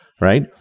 right